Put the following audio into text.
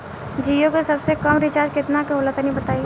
जीओ के सबसे कम रिचार्ज केतना के होला तनि बताई?